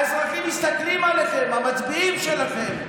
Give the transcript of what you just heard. האזרחים מסתכלים עליכם, המצביעים שלכם.